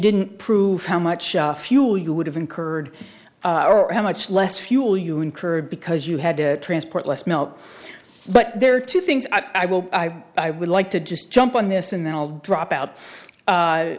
didn't prove how much fuel you would have incurred how much less fuel you incurred because you had to transport less milk but there are two things i will i would like to just jump on this and then i'll drop out